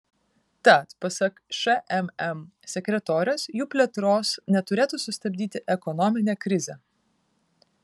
tad pasak šmm sekretorės jų plėtros neturėtų sustabdyti ekonominė krizė